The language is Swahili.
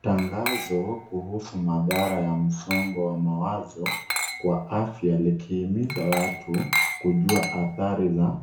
Tangazo kuhusu madhara ya msongo wa mawazo kwa afya likihimiza watu kujua athari za